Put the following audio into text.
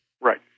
Right